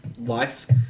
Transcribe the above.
life